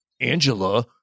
Angela